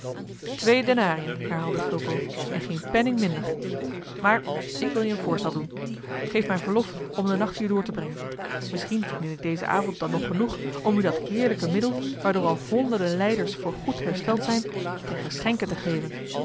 twee denariën herhaalde fulco en geen penning minder maar ik wil je een voorstel doen geef mij verlof om den nacht hier door te brengen misschien verdien ik dezen avond dan nog genoeg om u dat heerlijke middel waardoor al honderden lijders voorgoed hersteld zijn ten geschenke te geven